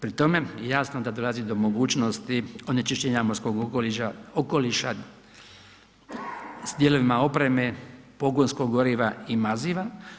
Pri tome je jasno da dolazi do mogućnosti onečišćenja morskog okoliša s djelovima opreme, pogonskog goriva i maziva.